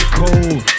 cold